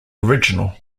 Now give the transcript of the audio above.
original